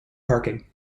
parking